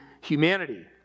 humanity